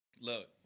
Look